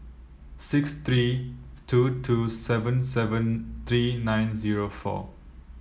six three two two seven seven three nine zero four